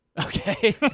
Okay